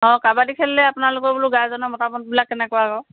অঁ কাবাডী খেললৈ আপোনালোকৰ বোলো গাৰজেনৰ মতামতবিলাক কেনেকুৱা বাৰু